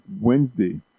Wednesday